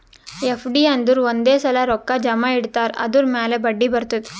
FD ಅಂದುರ್ ಒಂದೇ ಸಲಾ ರೊಕ್ಕಾ ಜಮಾ ಇಡ್ತಾರ್ ಅದುರ್ ಮ್ಯಾಲ ಬಡ್ಡಿ ಬರ್ತುದ್